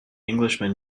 englishman